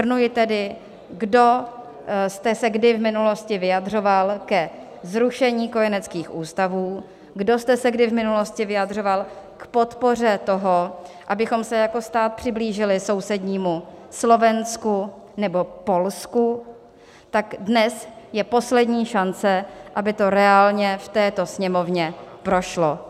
Shrnuji tedy: kdo jste se kdy v minulosti vyjadřoval ke zrušení kojeneckých ústavů, kdo jste se kdy v minulosti vyjadřoval k podpoře toho, abychom se jako stát přiblížili sousednímu Slovensku nebo Polsku, tak dnes je poslední šance, aby to reálně v této Sněmovně prošlo.